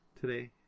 today